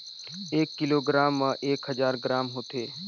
एक किलोग्राम म एक हजार ग्राम होथे